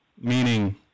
meaning